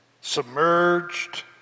submerged